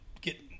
get